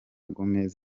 gomez